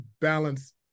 balance